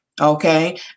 Okay